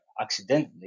accidentally